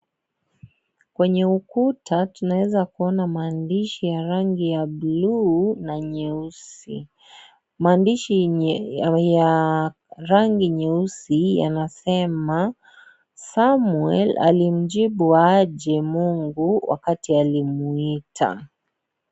Kwenye ukuta tunaeza kuona maandishi ya rangi ya bluu na nyeusi, maandishi ya rangi nyeusi yanasema Samuel alimjibu aje mungu wakati alimwita?